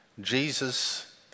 Jesus